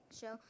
show